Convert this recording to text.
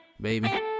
baby